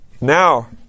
now